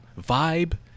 vibe